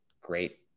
great